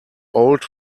old